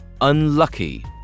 unlucky